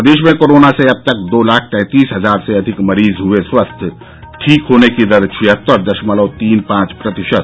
प्रदेश में कोरोना से अब तक दो लाख तैंतीस हजार से अधिक मरीज हए स्वस्थ ठीक होने की दर छिहत्तर दशमलव तीन पांच प्रतिशत